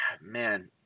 man